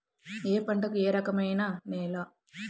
ఏ పంటకు ఏ రకమైన నేల?